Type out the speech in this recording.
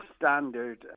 standard